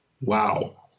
wow